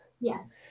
Yes